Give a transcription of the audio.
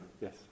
Yes